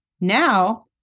now